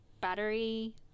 battery